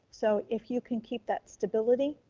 so if you can keep that stability,